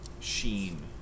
sheen